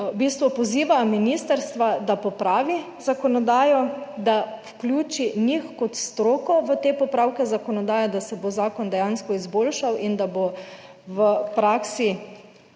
v bistvu poziva ministrstva, da popravi zakonodajo, da vključi njih kot stroko v te popravke zakonodaje, da se bo zakon dejansko izboljšal in da bo v praksi